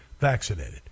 vaccinated